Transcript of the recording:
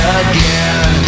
again